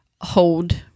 hold